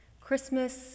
Christmas